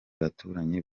baturanyi